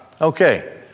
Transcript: Okay